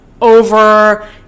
Over